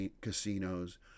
casinos